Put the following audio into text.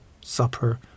supper